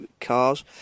cars